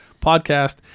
podcast